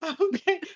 Okay